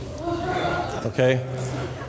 Okay